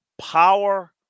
power